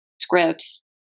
scripts